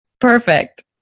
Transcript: perfect